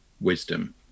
wisdom